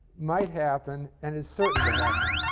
might happen, and it's certain to happen.